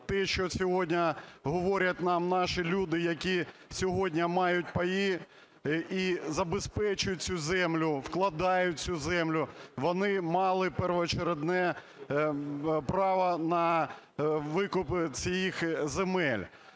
те, що сьогодні говорять нам наші люди, які сьогодні мають паї і забезпечують цю землю, вкладають в цю землю, вони мали першочергове право на викупи цих земель,